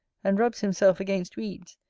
and rubs himself against weeds,